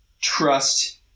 trust